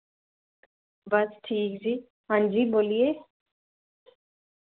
बस ठीक जी हांजी बोलिए